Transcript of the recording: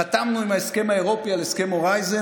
חתמנו עם האיחוד האירופי על הסכם הורייזן